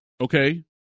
okay